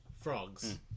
frogs